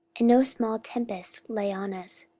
and no small tempest lay on us,